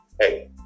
Hey